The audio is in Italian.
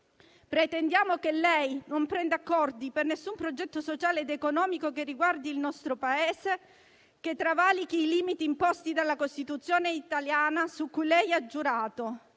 Pretendiamo che lei non prenda accordi per nessun progetto sociale ed economico che riguardi il nostro Paese che travalichi i limiti imposti dalla Costituzione italiana, su cui ha giurato.